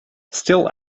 still